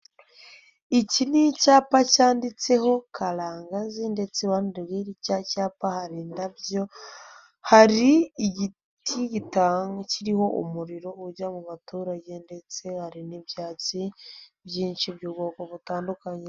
Iki ni icyapa cyanditseho Karangagazi ndetse I uhande rwicyo cyapa hari indabyo, hari igiti gitanga kiriho umuriro ujya mu baturage ndetse hari n'ibyatsi byinshi by'ubwoko butandukanye.